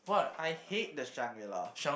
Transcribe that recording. I hate the Shangri-La